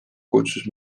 kutsus